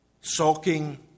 Sulking